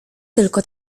tylko